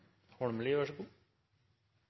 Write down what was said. fiskerne: Vær så god,